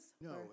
No